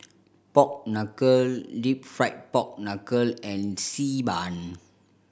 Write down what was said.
pork knuckle Deep Fried Pork Knuckle and Xi Ban